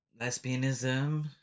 lesbianism